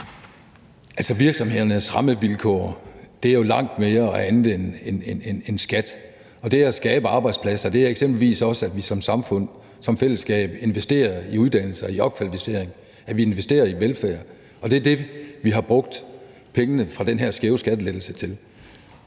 (S): Virksomhedernes rammevilkår er jo langt mere og andet end skat, og det at skabe arbejdspladser er eksempelvis også, at vi som samfund, som fællesskab investerer i uddannelse og i opkvalificering, at vi investerer i velfærd, og det er det, vi har brugt pengene fra den her skæve skattelettelse til.